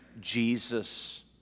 Jesus